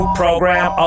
program